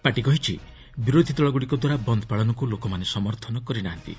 party କହିଛି ବିରୋଧୀ ଦଳଗୁଡ଼ିକ ଦ୍ୱାରା ବନ୍ଦ ପାଳନକୁ ଲୋକମାନେ ସମର୍ଥନ କରି ନାହାନ୍ତି